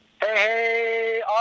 Hey